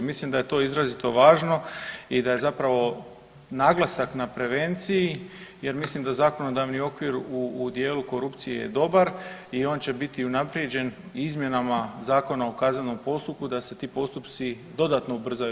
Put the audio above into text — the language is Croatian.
Mislim da je to izrazito važno i da je zapravo naglasak na prevenciji jer mislim da zakonodavni okvir u dijelu korupcije je dobar i on će biti unaprijeđen i izmjenama Zakona o kaznenom postupku da se ti postupci dodatno ubrzaju.